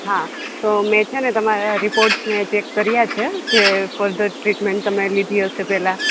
હા તો મેં છે ને તમારા રિપોર્ટસ ને ચેક કરિયા છે જે ફર્ધર ટ્રીટમેન્ટ તમે લીધી હશે પેલા